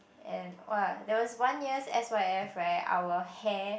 and !wah! there was one year's s_y_f right our hair